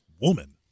woman